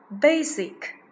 Basic